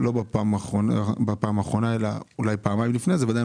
לא בדיון הקודם אלא לפני כן ועדיין